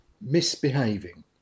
misbehaving